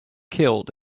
killed